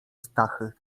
stachy